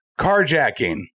carjacking